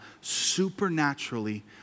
supernaturally